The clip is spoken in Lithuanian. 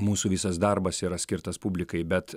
mūsų visas darbas yra skirtas publikai bet